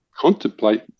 contemplate